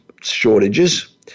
shortages